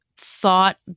thought